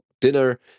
dinner